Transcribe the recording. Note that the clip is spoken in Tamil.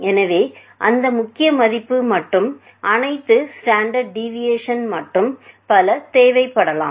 எனவே அந்த முக்கிய மதிப்பு மற்றும் அனைத்து ஸ்டாண்டர்ட் டீவியேஷன் மற்றும் பல தேவைப்படலாம்